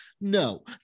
No